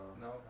No